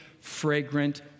fragrant